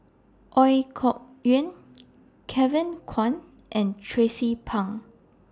Ooi Kok Chuen Kevin Kwan and Tracie Pang